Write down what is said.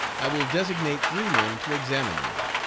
i will designate three men to examine you,